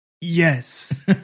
Yes